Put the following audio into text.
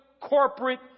corporate